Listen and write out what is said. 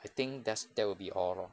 I think that's that will be all lor